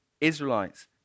Israelites